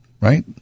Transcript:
right